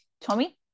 Tommy